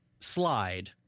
slide